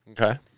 Okay